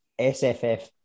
SFF